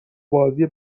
بازی